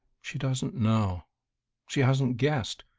she doesn't know she hasn't guessed.